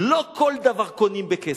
לא כל דבר קונים בכסף,